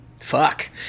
Fuck